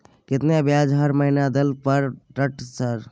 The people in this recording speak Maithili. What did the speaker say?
केतना ब्याज हर महीना दल पर ट सर?